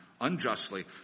unjustly